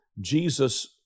Jesus